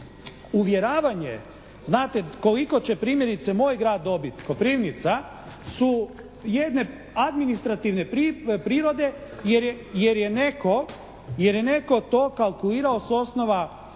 Uvjeravanje znate koliko će primjerice moj grad dobiti, Koprivnica, su jedne administrativne prirode jer je netko to kalkulirao s osnova